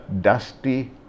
dusty